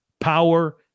power